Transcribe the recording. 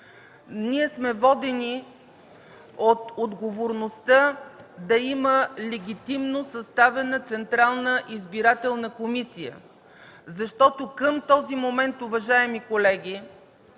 Ние сме водени от отговорността да има легитимно съставена Централна избирателна комисия. Защото към този момент, уважаеми колеги,